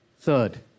Third